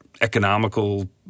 economical